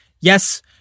Yes